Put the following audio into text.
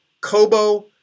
Kobo